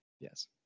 Yes